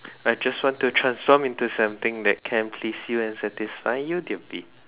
I just want to transform into something that can please you and satisfy you dear b